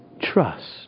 trust